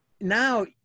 Now